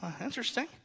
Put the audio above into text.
interesting